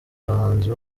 abahanzi